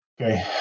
Okay